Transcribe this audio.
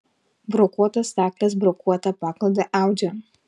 brokuotos staklės brokuotą paklodę audžia